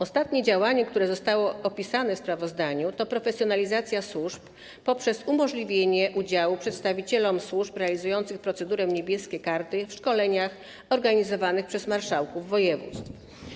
Ostatnie działanie, które zostało opisane w sprawozdaniu, to profesjonalizacja służb poprzez umożliwienie udziału przedstawicielom służb realizujących procedurę „Niebieskie karty” w szkoleniach organizowanych przez marszałków województw.